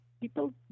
people